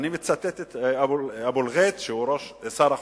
אני מצטט את אבו אל-רייט, שהוא שר החוץ,